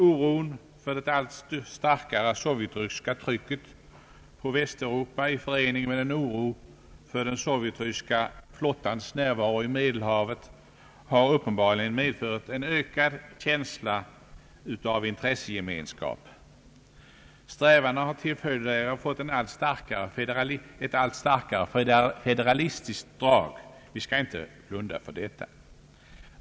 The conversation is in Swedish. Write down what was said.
Oron för ett allt starkare sovjetryskt tryck på Västeuropa i förening med oron för den sovjetryska flottans närvaro i Medelhavet har uppenbarligen medfört en ökad känsla av intressegemenskap. Strävandena har till följd därav fått ett allt starkare federalistiskt drag. Vi skall inte blunda för detta.